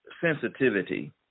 sensitivity